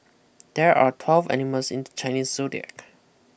there are twelve animals in the Chinese zodiac